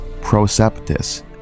Proceptus